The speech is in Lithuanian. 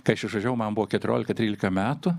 kai aš išvažiavau man buvo keturiolika trylika metų